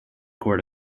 court